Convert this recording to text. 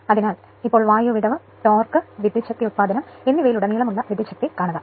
അതിനാൽ ഇപ്പോൾ വായു വിടവ് ടോർക്ക് വിദ്യുച്ഛക്തി ഉത്പാദനം എന്നിവയിലുടനീളമുള്ള വിദ്യുച്ഛക്തി കാണുക